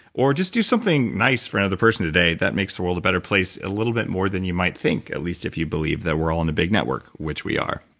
or just do something nice for another person today that makes the world a better place a little bit more than you might think, at least if you believe that we're all in a big network, which we are.